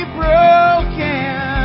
broken